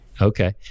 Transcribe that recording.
Okay